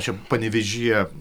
čia panevėžyje